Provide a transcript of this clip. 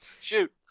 shoot